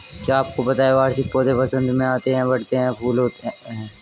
क्या आपको पता है वार्षिक पौधे वसंत में आते हैं, बढ़ते हैं, फूलते हैं?